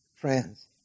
Friends